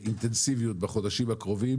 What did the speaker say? באינטנסיביות בחודשים הקרובים